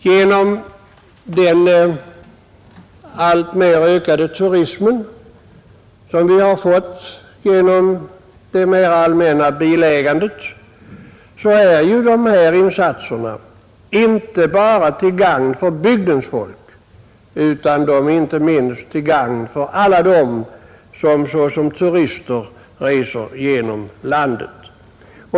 Genom den alltmer ökade turismen — som beror på det mera allmänna bilägandet — är dessa insatser till gagn inte bara för bygdens folk utan också och inte minst för alla dem som såsom turister reser genom landet.